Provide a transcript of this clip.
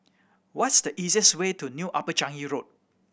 what's the easiest way to New Upper Changi Road